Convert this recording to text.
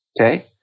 okay